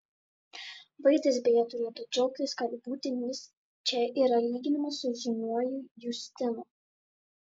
vaidas beje turėtų džiaugtis kad būtent jis čia yra lyginamas su žymiuoju justinu